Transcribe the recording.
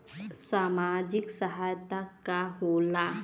सामाजिक सहायता का होला?